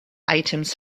items